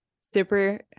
super